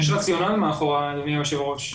יש רציונל מאחוריה, אדוני היושב ראש.